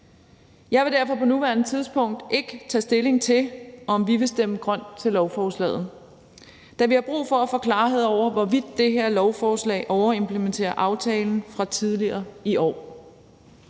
Jeg vil derfor på nuværende tidspunkt ikke tage stilling til, om vi vil stemme grønt til lovforslaget, da vi har brug for at få klarhed over, hvorvidt det her lovforslag overimplementerer aftalen fra tidligere i år,